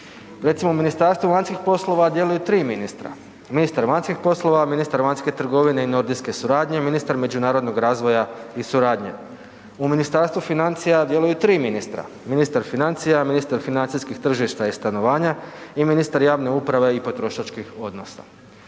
u Ministarstvu vanjskih poslova djeluju 3 ministra. Ministar vanjskih poslova, ministar vanjske trgovine i nordijske suradnje i ministar međunarodnog razvoja i suradnje. U Ministarstvu financija djeluju 3 ministra, ministar financija, ministar financijskih tržišta i stanovanja i ministar javne uprave i potrošačkih odnosa.